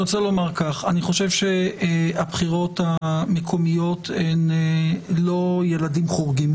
אני רוצה לומר כך: אני חושב שהבחירות המקומיות הן לא ילדים חורגים,